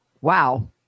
Wow